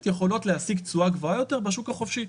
יכולות להשיג תשואה גבוהה יותר בשוק החופשי,